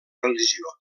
religió